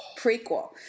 Prequel